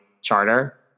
charter